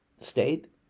state